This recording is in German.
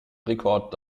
rekord